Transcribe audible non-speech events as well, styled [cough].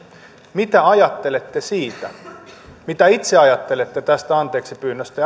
mitä ajattelette siitä mitä itse ajattelette tästä anteeksipyynnöstä [unintelligible]